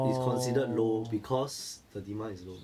is considered low because the demand is low